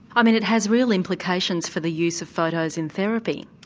i mean it has real implications for the use of photos in therapy.